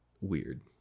weird